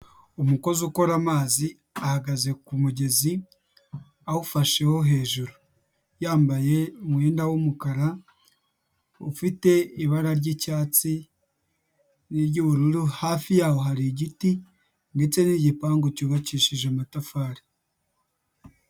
Umukozi ukora amazi, ahagaze ku mugezi, awufasheho hejuru , yambaye umwenda w'umukara, ufite ibara ry'icyatsi, n'iry'ubururu, hafi y'aho hari igiti, ndetse n'igipangu cyubakishije amatafari.